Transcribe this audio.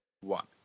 one